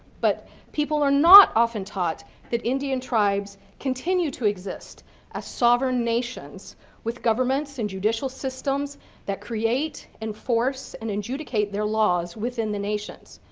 but people are not often taught that indian tribes continue to exist as sovereign nations with governments and judicial systems that create, enforce, and adjudicate their laws within the nations.